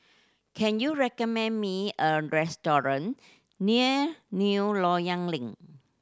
can you recommend me a restaurant near New Loyang Link